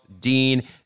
Dean